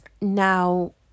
Now